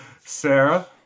Sarah